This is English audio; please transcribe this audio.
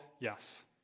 Yes